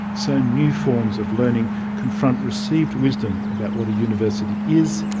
so new forms of learning confront received wisdom about what a university is,